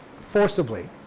forcibly